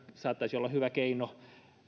saattaisi olla hyvä keino